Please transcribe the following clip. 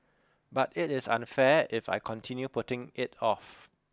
but it is unfair if I continue putting it off